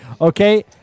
Okay